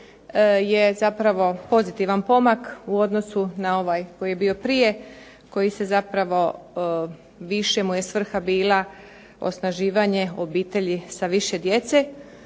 je zapravo pozitivan pomak u odnosu na ovaj koji je bio prije koji se zapravo, više mu je svrha bila osnaživanje obitelji sa više djece.